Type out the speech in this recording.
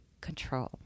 control